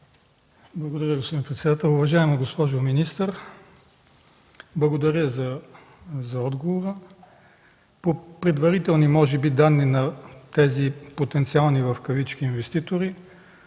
Благодаря, господин председател. Уважаема госпожо министър, благодаря за отговора. По предварителни данни може би на тези „потенциални” инвеститори